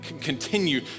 continue